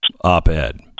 op-ed